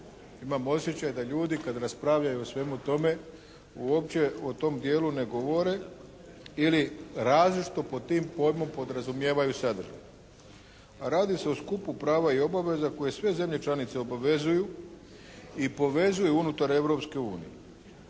Imam osjećaj da ljudi kad raspravljaju o svemu tome uopće o tom dijelu ne govore ili različito pod tim pojmom podrazumijevaju sadržaj. A radi se o skupu prava i obaveza koje sve zemlje članice obavezuju i povezuju unutar Europske unije.